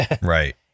right